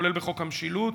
כולל בחוק המשילות,